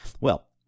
Well